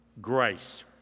grace